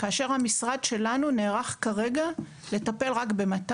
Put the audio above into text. כאשר המשרד שלנו נערך כרגע לטפל רק ב-200,